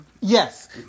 Yes